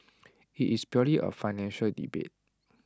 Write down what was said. IT is purely A financial debate